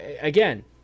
again